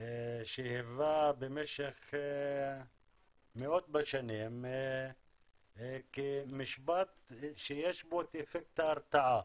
שהיווה במשך מאות בשנים משפט שיש בו את אפקט ההרתעה.